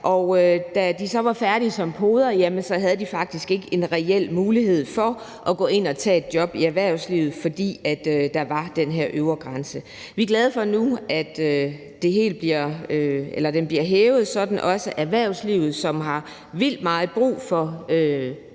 da de så var færdige som podere, havde de faktisk ikke en reel mulighed for at gå ind og tage et job i erhvervslivet, fordi der var den her øvre grænse. Vi er glade for, at den bliver hævet nu, sådan at også erhvervslivet, som har vildt meget brug for